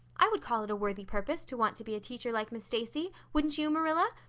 i would call it a worthy purpose to want to be a teacher like miss stacy, wouldn't you, marilla?